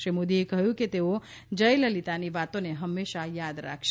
શ્રી મોદીએ કહ્યું છે કે તેઓ જયલલિતાની વાતોને હંમેશાં યાદ રાખશે